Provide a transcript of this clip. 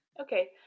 Okay